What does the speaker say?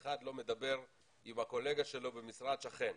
אחד לא מדבר עם הקולגה שלו במשרד שכן.